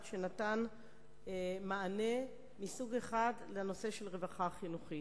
שנתן מענה מסוג אחד לנושא של רווחה חינוכית.